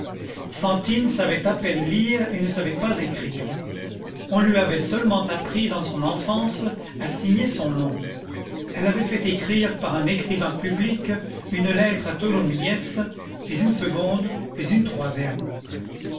fantine savait à peine lire et ne savait pas écrire on lui avait seulement appris dans son enfance à signer son nom elle avait fait écrire par un écrivain public une lettre à tholomyès puis une seconde puis une troisième